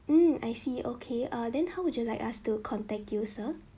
mm I see okay ah then how would you like us to contact you sir